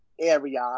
area